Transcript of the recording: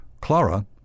Clara